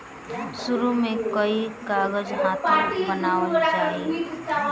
शुरु में ई कागज हाथे बनावल जाओ